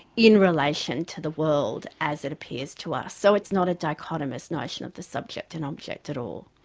in relation to the world as it appears to us. so it's not a dichotomist notion of the subject and object at all.